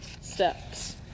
steps